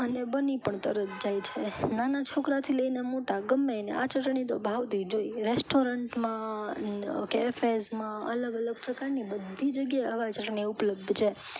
અને બની પણ તરત જાય છે નાના છોકરાંથી લઈને મોટા ગમે એને આ ચટણી તો ભાવતી જ હોય રેસ્ટોરન્ટમાં કેફેઝમાં અલગ અલગ પ્રકારની બધી જગ્યા એ આવા ચટણી ઉપલબ્ધ છે